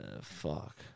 fuck